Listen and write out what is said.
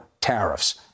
tariffs